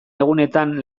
egunetan